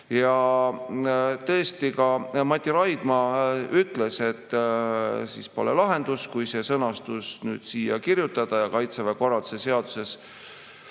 Tõesti, ka Mati Raidma ütles, et pole lahendus, kui see sõnastus nüüd siia kirjutada ja Kaitseväe korralduse seaduses